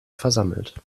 versammelt